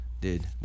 dude